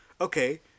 Okay